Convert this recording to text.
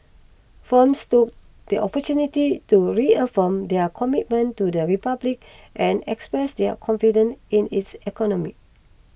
firms took the opportunity to reaffirm their commitment to the Republic and express their confidence in its economy